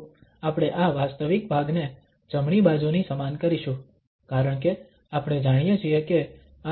તો આપણે આ વાસ્તવિક ભાગને જમણી બાજુની સમાન કરીશું કારણ કે આપણે જાણીએ છીએ કે